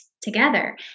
together